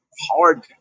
hard